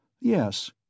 Yes